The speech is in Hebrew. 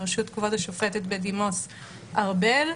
בראשות כבוד השופטת בדימוס ארבל,